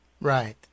Right